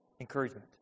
encouragement